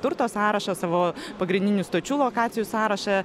turto sąrašą savo pagrindinių stočių lokacijų sąrašą